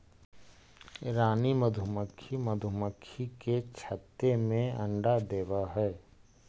रानी मधुमक्खी मधुमक्खी के छत्ते में अंडा देवअ हई